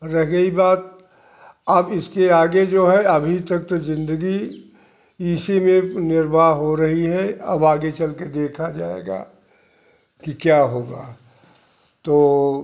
रह गई बात अब इसके आगे जो है अभी तक तो जिंदगी इसी में निर्वाह हो रही है अब आगे चलकर देखा जाएगा कि क्या होगा तो